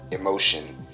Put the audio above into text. emotion